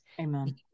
Amen